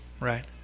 right